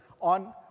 on